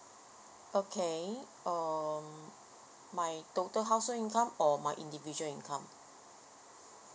okay um my total household income or my individual income